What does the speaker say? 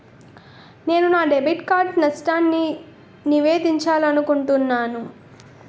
నేను నా debit card నష్టాన్ని నివేదించాలనుకుంటున్నాను